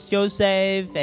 Joseph